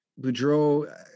Boudreaux